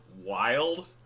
Wild